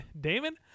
Damon